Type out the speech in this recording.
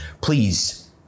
Please